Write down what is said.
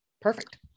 perfect